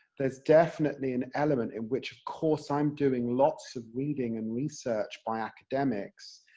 there's definitely an element in which, of course i'm doing lots of reading and research by academics,